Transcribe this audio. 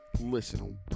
Listen